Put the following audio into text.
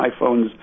iPhones